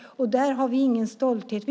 Där har vi ingen stolthet.